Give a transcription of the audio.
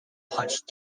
punched